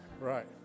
right